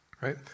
Right